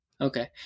Okay